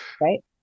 right